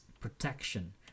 protection